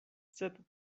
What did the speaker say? sed